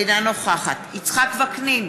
אינה נוכחת יצחק וקנין,